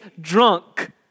drunk